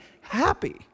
happy